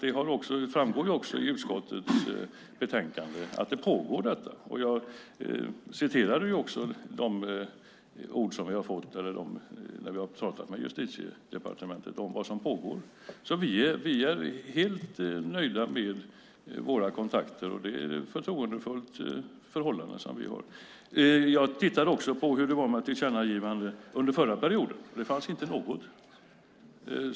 Det framgår också av utskottets betänkande att detta pågår. Jag refererade också vad som sagts när vi talat med Justitiedepartementet om vad som pågår. Vi är helt nöjda med våra kontakter, och vi har ett förtroendefullt förhållande. Jag tittade också på hur det var med tillkännagivanden under förra perioden. Det fanns inte något.